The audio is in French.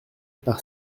par